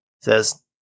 says